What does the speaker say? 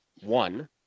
One